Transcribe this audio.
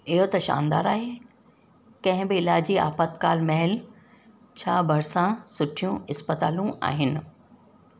इहो त शानदारु आहे कंहिं बि इलाजी आपातकाल महिल छा भरिसां सुठियूं इस्पतालूं आहिनि